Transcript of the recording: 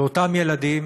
ואותם ילדים